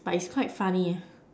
but it's quite funny